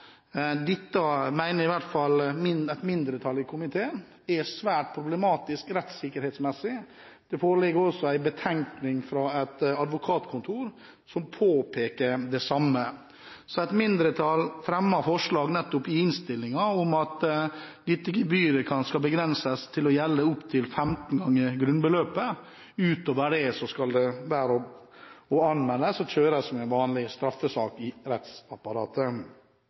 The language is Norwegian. Dette mener i hvert fall et mindretall i komiteen er svært problematisk rettssikkerhetsmessig. Det foreligger også en betenkning fra et advokatkontor som påpeker det samme. Så har et mindretall fremmet et forslag i innstillingen om at dette gebyret skal begrenses til å gjelde opptil 15 ganger folketrygdens grunnbeløp. Utover det skal det kunne anmeldes og kjøres som en vanlig straffesak i rettsapparatet.